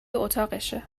اتاقشه